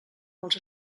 els